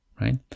right